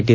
T